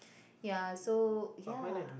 ya so ya